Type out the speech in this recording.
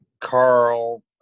Carl